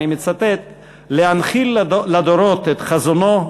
ואני מצטט: להנחיל לדורות את חזונו,